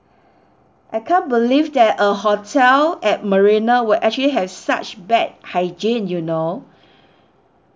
I can't believe that a hotel at marina will actually has such bad hygiene you know